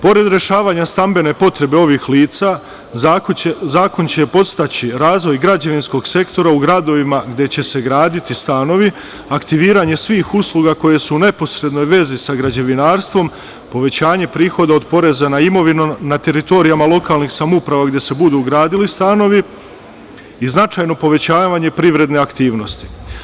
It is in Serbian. Pored rešavanja stambene potrebe ovih lica, zakon će podstaći razvoj građevinskog sektora u gradovima gde će se graditi stanovi, aktiviranje svih usluga koje su u neposrednoj vezi sa građevinom, povećanje prihoda od poreza na imovinu na teritorijama lokalnim samoupravama gde se budu gradili stanovi i značajno povećavanje privredne aktivnosti.